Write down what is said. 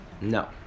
No